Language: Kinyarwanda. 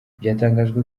byatangajwe